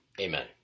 Amen